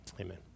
Amen